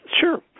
Sure